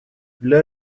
для